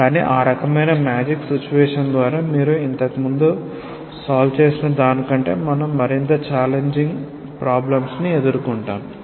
కానీ ఆ రకమైన మేజిక్ సిచువేషన్ ద్వారా మీరు ఇంతకు ముందు పరిష్కరించిన దాని కంటే మనం మరింత ఛాలెంజింగ్ సమస్యలను ఎదుర్కొంటాము